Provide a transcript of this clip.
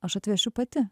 aš atvešiu pati